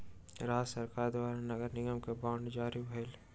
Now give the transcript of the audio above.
राज्य सरकार द्वारा नगर निगम के बांड जारी भेलै